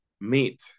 meet